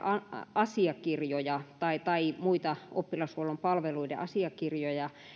asiakirjoja tai tai muita oppilashuollon palveluiden asiakirjoja